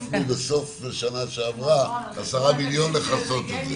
בוועדת הכספים הוספנו בסוף שנה שעברה 10 מיליון לכסות את זה.